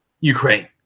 Ukraine